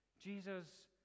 Jesus